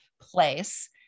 place